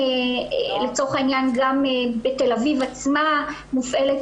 גם לצורך העניין בתל אביב עצמה מופעלת